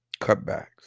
Cutbacks